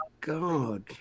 god